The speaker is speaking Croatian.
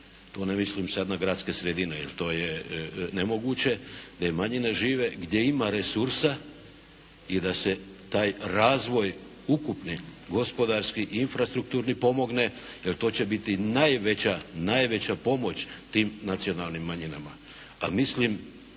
Tu ne mislim sad na gradske sredine jer to je nemoguće, gdje manjine žive, gdje ima resursa i da se taj razvoj ukupni gospodarski i infrastrukturni pomogne jer to će biti najveća pomoć tim nacionalnim manjinama.